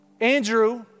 Andrew